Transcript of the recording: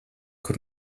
kur